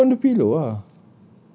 then put on the pillow ah